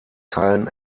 zeilen